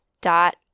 dot